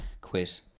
quiz